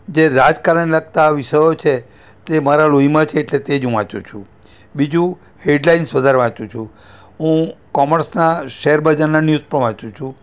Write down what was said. જે રાજકારણને લગતા વિષયો છે તે મારા લોહીમાં છે એટલે તે જ હું વાંચું છું બીજું હેડલાઇન્સ વધારે વાંચું છું હું કોમર્સના શેર બજારના ન્યૂઝ પણ વાંચું છું